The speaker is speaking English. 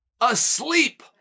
Asleep